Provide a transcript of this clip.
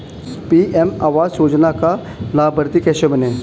PM आवास योजना का लाभर्ती कैसे बनें?